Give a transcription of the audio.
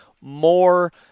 more